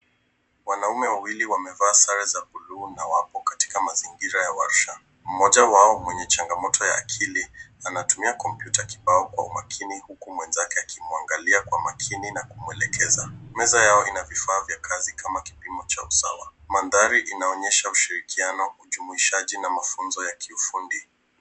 Wanaume wawili wamevaa sare za bluu na wako katika mazingira ya warsha. Mmoja wao mwenye changamoto ya akili anatumia kompyuta kibao kwa umakini huku mwenzake akimwangalia kwa makini na kumwelekeza. Meza yao ina vifaa vya kazi kama kipimo cha usawa . Mandhari inaonyesha ushirikiano , ujumuishaji na mafunzo ya kiufundi.